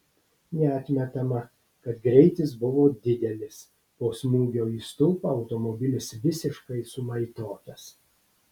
neatmetama kad greitis buvo didelis po smūgio į stulpą automobilis visiškai sumaitotas